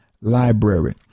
library